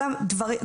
כל הדברים,